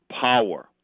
power